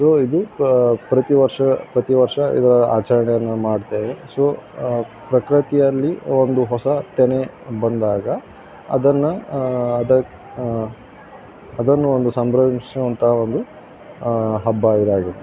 so ಇದು ಪ್ರತಿವರ್ಷ ಪ್ರತಿವರ್ಷ ಇದು ಆಚರಣೆಯನ್ನು ಮಾಡ್ತೇವೆ ಸೊ ಪ್ರಕೃತಿಯಲ್ಲಿ ಒಂದು ಹೊಸ ತೆನೆ ಬಂದಾಗ ಅದನ್ನು ಅದ ಅದನ್ನು ಒಂದು ಸಂಭ್ರಮಿಸುವಂತಹ ಒಂದು ಹಬ್ಬ ಇದಾಗಿದೆ